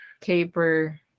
Caper